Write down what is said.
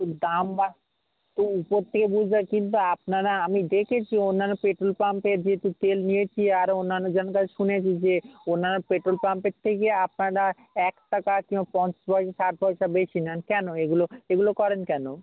দাম বাড় তো উপর থেকে বুঝতে পারছি কিন্তু আপনারা আমি দেখেছি অন্যান্য পেট্রোল পাম্পের যেহেতু তেল নিয়েছি আরো অন্যান্য জন কাছে শুনেছি যে অন্যান্য পেট্রোল পাম্পের থেকে আপনারা এক টাকা কিংবা পঞ্চাশ পয়সা ষাট পয়সা বেশি নেন কেনো এইগুলো এগুলো করেন কেনো